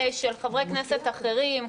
של חברי כנסת אחרים,